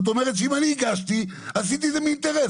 זאת אומרת שאם אני הגשתי עשיתי את זה מאינטרס,